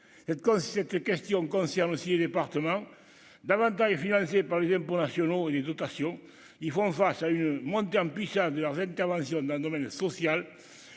c'était question concerne aussi les départements davantage financés par les impôts nationaux et les dotations, ils font face à une montée en puissance de leurs interventions dans le domaine social,